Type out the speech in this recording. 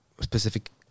specific